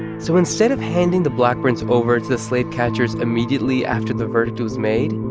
so instead of handing the blackburns over to the slave catchers immediately after the verdict was made,